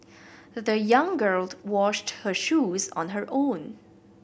the young girl washed her shoes on her own